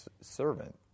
servant